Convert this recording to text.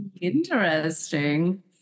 Interesting